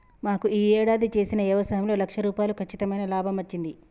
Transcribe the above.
మాకు యీ యేడాది చేసిన యవసాయంలో లక్ష రూపాయలు కచ్చితమైన లాభమచ్చింది